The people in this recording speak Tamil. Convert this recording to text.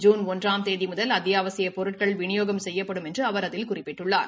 ஜூன் ஒன்றாம் தேதி முதல் அத்தியாவசியப் பொருட்கள் விநியோகம் செய்யப்படும் என்றும் அவர் அதில் குறிப்பிட்டுள்ளார்